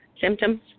symptoms